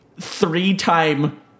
three-time